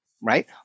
right